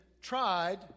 tried